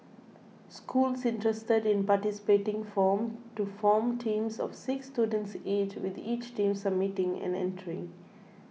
schools interested in participating form to form teams of six students each with each team submitting an entry